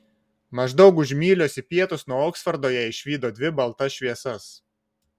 maždaug už mylios į pietus nuo oksfordo jie išvydo dvi baltas šviesas